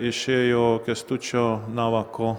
išėjo kęstučio navako